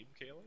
Kaylee